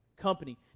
Company